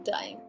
time